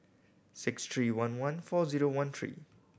six three one one four zero one three